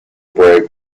break